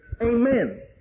Amen